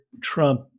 Trump